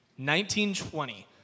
1920